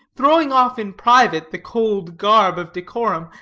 throwing off in private the cold garb of decorum,